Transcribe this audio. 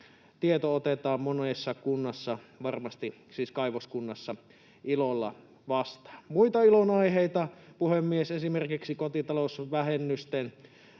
tieto otetaan monessa kaivoskunnassa varmasti ilolla vastaan. Muita ilonaiheita, puhemies: esimerkiksi kotitalousvähennyksen